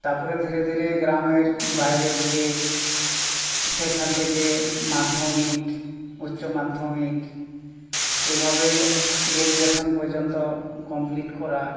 তারপরে ধীরে ধীরে গ্রামের বাইরে গিয়ে সেইখান থেকে মাধ্যমিক উচ্চ মাধ্যমিক এভাবে গ্র্যাজুয়েশান পর্যন্ত কমপ্লিট করা